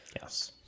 Yes